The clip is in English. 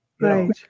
Right